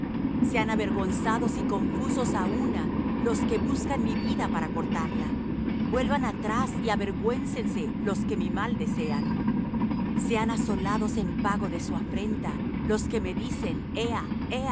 sean avergonzados y confusos los que buscan mi vida sean vueltos atrás y avergonzados los que mi mal desean sean vueltos en pago de su afrenta hecha los que dicen